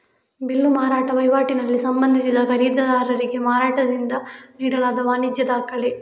bill ಮಾರಾಟ ವೈವಾಟಲ್ಲಿ ಸಂಬಂಧಿಸಿದ ಖರೀದಿದಾರರಿಗೆ ಮಾರಾಟಗಾರರಿಂದ ನೀಡಲಾದ ವಾಣಿಜ್ಯ ದಾಖಲೆ